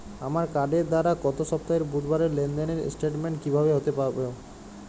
আমার কার্ডের দ্বারা গত সপ্তাহের বুধবারের লেনদেনের স্টেটমেন্ট কীভাবে হাতে পাব?